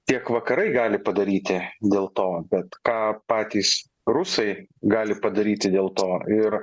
tiek vakarai gali padaryti dėl to bet ką patys rusai gali padaryti dėl to ir